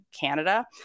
Canada